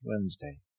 Wednesday